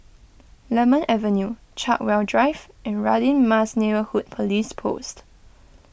Lemon Avenue Chartwell Drive and Radin Mas Neighbourhood Police Post